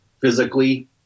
physically